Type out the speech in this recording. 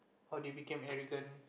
or they became arrogant